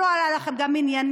הוא לא ענה לכם גם עניינית,